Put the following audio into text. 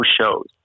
shows